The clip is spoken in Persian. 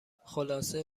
خلاصه